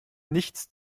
nichts